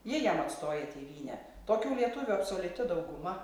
ji jam atstoja tėvynę tokių lietuvių absoliuti dauguma